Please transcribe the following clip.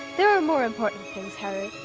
there are more important things, harry,